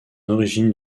origine